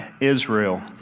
Israel